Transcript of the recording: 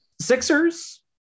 Sixers